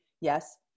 yes